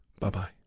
Bye-bye